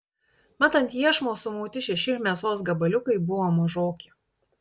mat ant iešmo sumauti šeši mėsos gabaliukai buvo mažoki